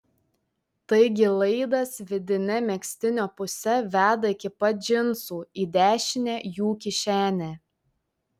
taigi laidas vidine megztinio puse veda iki pat džinsų į dešinę jų kišenę